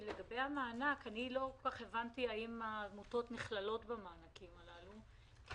לגבי המענק אני לא כל כך הבנתי אם העמותות נכללות במענקים הללו.